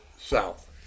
South